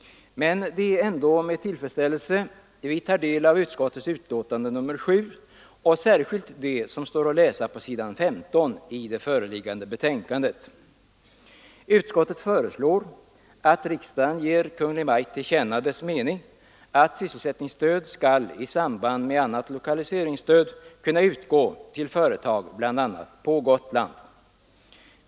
Men det är ändå med tillfredsställelse vi tar del av utskottets betänkande nr 7 och särskilt det som står att läsa på s. 15. Utskottet föreslår att riksdagen ger Kungl. Maj:t till känna dess mening att sysselsättningsstöd skall i samband med annat lokaliseringsstöd kunna utgå till företag bl.a. på Gotland.